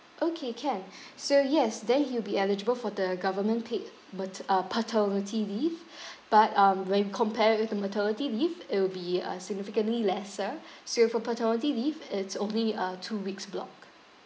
okay can so yes then he'll be eligible for the government paid mater~ uh paternity leave but um when we compare with the maternity leave it will be uh significantly lesser so for paternity leave it's only a two weeks block